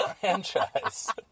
franchise